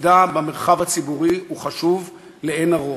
תפקידה במרחב הציבורי הוא חשוב לאין ערוך.